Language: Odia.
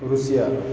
ଋଷିଆ